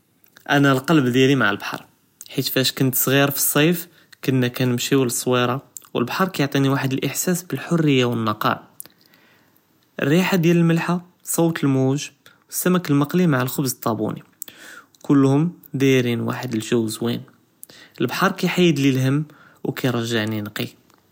אנה לכּלבְּ דיאלי מעא לְבְּחַר חִית פאש כנת צּע׳יר פִלצִּיף כֻּנָא כּנמשיו לצּווירה ו לְבְּחַר כִּיעְטִינִי וָחְד לאחְסאס בִּלְחֻרִיַה ו לנקָאא, לרִיחָה דיאל למלחה, צוּת לְמוּג׳, סְמֶכּ למקְלִי מעא לכְּבְּז טאבּוּנָה כֻּלְהוּם דָאִירִין וָחְד לג׳ו זווִין לְבְּחַר כַּאִיחַיֶדלִי להם ו כִּירְזַענִי נקִי.